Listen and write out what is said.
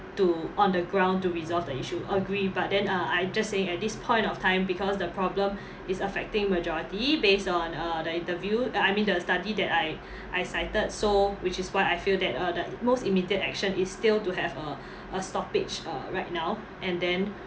to on the ground to resolve the issue agree but then uh I'm just saying at this point of time because the problem is affecting majority based on uh the interview uh I mean the study that I I excited so which is why I feel that uh the most immediate action is still to have a a stoppage err right now and then